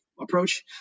approach